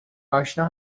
آشنا